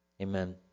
Amen